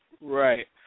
Right